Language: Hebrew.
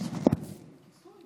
בלי כיסוי?